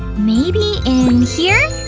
maybe in here